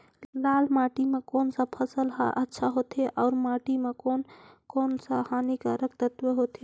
लाल माटी मां कोन सा फसल ह अच्छा होथे अउर माटी म कोन कोन स हानिकारक तत्व होथे?